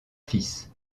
fils